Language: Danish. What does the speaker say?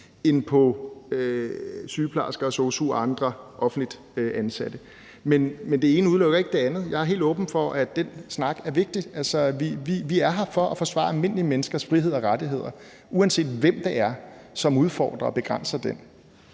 end på sygeplejersker, sosu'er og andre offentligt ansatte. Men det ene udelukker jo ikke det andet. Jeg er helt åben for, at den snak er vigtig. Altså, vi er her for at forsvare almindelige menneskers frihed og rettigheder, uanset hvem det er, som udfordrer og begrænser dem.